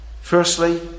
Firstly